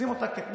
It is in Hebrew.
שים אותה כתנאי.